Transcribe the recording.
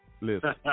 listen